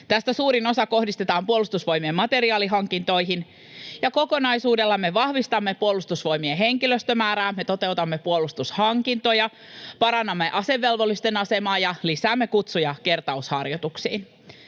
Tästä suurin osa kohdistetaan Puolustusvoimien materiaalihankintoihin, ja kokonaisuudella me vahvistamme Puolustusvoimien henkilöstömäärää, me toteutamme puolustushankintoja, parannamme asevelvollisten asemaa ja lisäämme kutsuja kertausharjoituksiin.